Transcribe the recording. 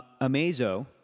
Amazo